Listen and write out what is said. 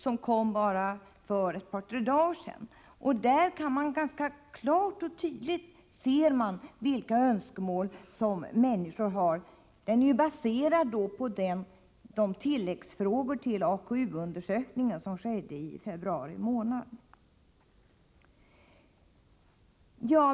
Dessa rapporter är baserade på de tilläggsfrågor till AKU-undersökningen som framställdes i februari månad, och man kan ganska klart se vilka önskemål människor har.